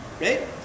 Right